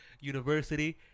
university